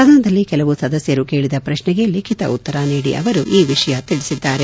ಸದನದಲ್ಲಿ ಕೆಲವು ಸದಸ್ಕರು ಕೇಳದ ಪ್ರಕ್ಷೆಗೆ ಲಿಖಿತ ಉತ್ತರ ನೀಡಿ ಅವರು ಈ ವಿಷಯ ತಿಳಿಸಿದ್ದಾರೆ